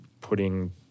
putting